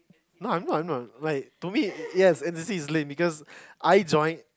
no I know I know like to me yes N_C_C is lame because I join